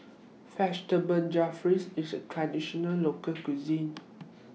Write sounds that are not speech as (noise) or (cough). (noise) Vegetable Jalfrezi IS A Traditional Local Cuisine